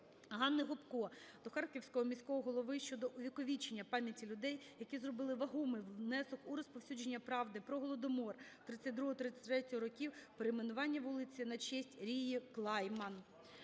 Ганни Гопко до Харківського міського голови щодо увіковічення пам'яті людей, які зробили вагомий внесок у розповсюдження правди про Голодомор 1932-1933 років, перейменування вулиці на честь Рії Клайман.